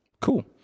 Cool